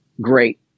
great